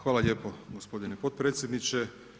Hvala lijepo gospodine potpredsjedniče.